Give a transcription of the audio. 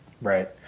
Right